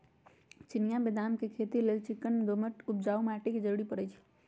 चिनियाँ बेदाम के खेती लेल चिक्कन दोमट उपजाऊ माटी के जरूरी पड़इ छइ